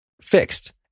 fixed